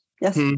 Yes